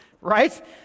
right